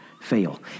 fail